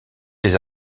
des